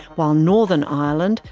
while northern ireland,